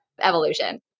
evolution